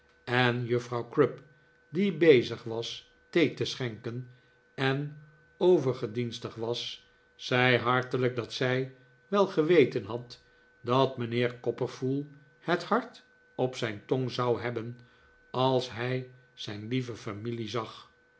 en juffrouw crupd die bezig was thee te schenken en overgedienstig was zei hartelijk dat zij wel geweten had dat mijnheer copperfull het hart op zijn tong zou hebben als hij zijn lieve familie zag